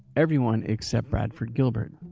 everyone except bradford gilbert